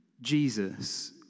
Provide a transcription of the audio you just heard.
Jesus